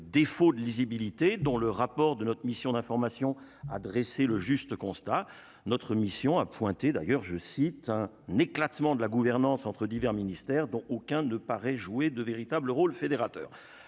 défaut de lisibilité dont le rapport de notre mission d'information, a dressé le juste constat : notre mission, a pointé d'ailleurs, je cite, un éclatement de la gouvernance entre divers ministères, dont aucun ne pas rejouer de véritables rôle fédérateur